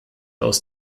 aus